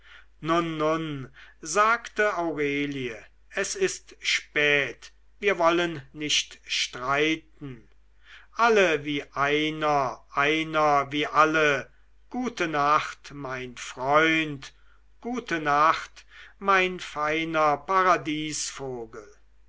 sagte aurelie es ist spät wir wollen nicht streiten alle wie einer einer wie alle gute nacht mein freund gute nacht mein feiner paradiesvogel